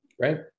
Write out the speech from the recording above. Right